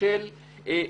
בכיוון הלוא נכון.